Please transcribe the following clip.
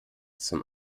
zum